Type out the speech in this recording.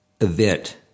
event